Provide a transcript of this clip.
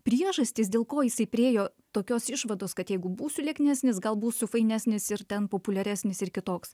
priežastys dėl ko jisai priėjo tokios išvados kad jeigu būsiu lieknesnis gal būsiu fainesnis ir ten populiaresnis ir kitoks